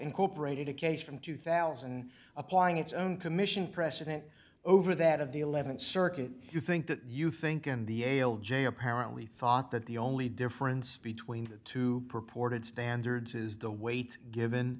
incorporated a case from two thousand applying its own commission precedent over that of the th circuit you think that you think in the ail j apparently thought that the only difference between the two purported standards is the weight given